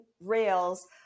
rails